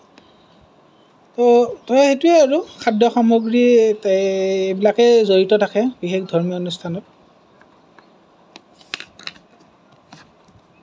ত' ত' সেইটোৱে আৰু খাদ্য সামগ্ৰী এইবিলাকেই জড়িত থাকে বিশেষ ধৰ্মীয় অনুষ্ঠানত